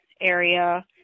area